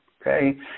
Okay